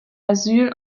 asyl